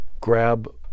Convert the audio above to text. grab